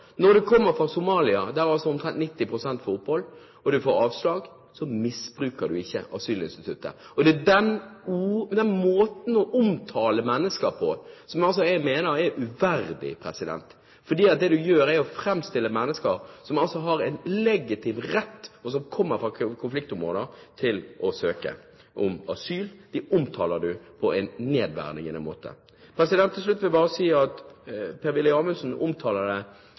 når du søker. Når du kommer fra Somalia – omtrent 90 pst. derfra får opphold – og du får avslag, misbruker du ikke asylinstituttet. Det er den måten å omtale mennesker på som jeg mener er uverdig, fordi det man gjør, er å omtale mennesker som kommer fra konfliktområder, og som altså har en legitim rett til å søke om asyl, på en nedverdigende måte. Til slutt vil jeg bare si at Per-Willy Amundsen snakker hele tiden om én ting som er helt abnormt, eller en anormalitet – kall det